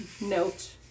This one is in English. note